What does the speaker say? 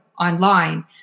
Online